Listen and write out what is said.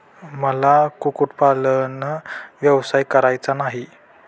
मला कुक्कुटपालन व्यवसाय करायचा नाही